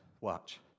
Watch